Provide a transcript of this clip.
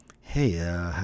hey